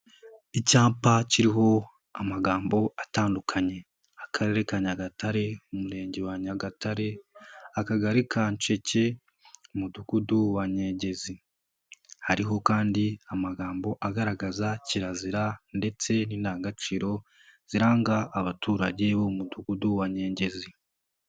Icyapa kiriho amagambo atandukanye, akarere ka Nyagatare, umurenge wa Nyagatare akagari ka Nsheke, umudugudu wa Nyegezi, hariho kandi amagambo agaragaza kirazira ndetse n'indangagaciro ziranga abaturage bo mu mudugudu wa Nyengezi.